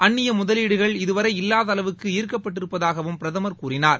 அந்நிய முதவீடுகள் இதுவரை இல்லாத அளவுக்கு ஈர்க்கப்பட்டிருப்பதாகவும் அவர் கூறினார்